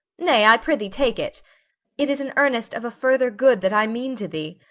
nay, i prithee take it it is an earnest of a further good that i mean to thee.